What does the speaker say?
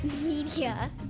Media